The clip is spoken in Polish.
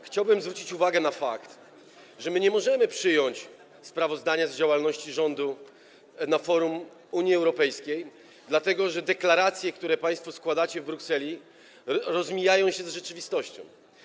Chciałbym zwrócić uwagę na fakt, że my nie możemy przyjąć sprawozdania z działalności rządu na forum Unii Europejskiej, dlatego że deklaracje, które państwo składacie w Brukseli, rozmijają się z rzeczywistością.